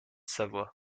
savoie